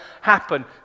happen